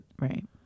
Right